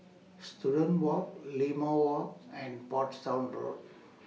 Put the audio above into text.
Student Walk Limau Walk and Portsdown Road